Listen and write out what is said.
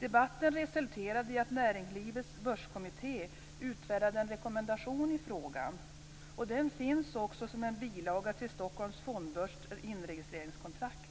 Debatten resulterade i att Näringslivets Börskommitté utfärdade en rekommendation i frågan. Den finns också som en bilaga till Stockholms fondbörs inregistreringskontrakt.